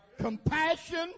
compassion